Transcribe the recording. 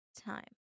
time